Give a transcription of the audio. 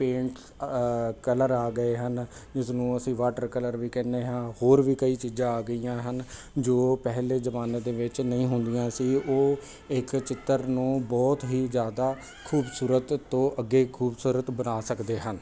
paint colour ਆ ਗਏ ਹਨ ਜਿਸ ਨੂੰ ਅਸੀਂ ਵਾਟਰ ਕਲਰ ਵੀ ਕਹਿੰਦੇ ਹਾਂ ਹੋਰ ਵੀ ਕਈ ਚੀਜ਼ਾਂ ਆ ਗਈਆਂ ਹਨ ਜੋ ਉਹ ਪਹਿਲੇ ਜ਼ਮਾਨੇ ਦੇ ਵਿੱਚ ਨਹੀਂ ਹੁੰਦੀਆਂ ਸੀ ਉਹ ਇੱਕ ਚਿੱਤਰ ਨੂੰ ਬਹੁਤ ਹੀ ਜ਼ਿਆਦਾ ਖੂਬਸੂਰਤ ਤੋਂ ਅੱਗੇ ਖੂਬਸੂਰਤ ਬਣਾ ਸਕਦੇ ਹਨ